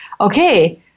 okay